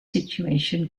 situation